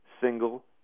single